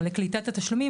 כלומר לקליטת התשלומים,